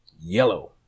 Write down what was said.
yellow